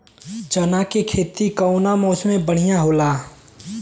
चना के खेती कउना मौसम मे बढ़ियां होला?